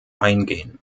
eingehen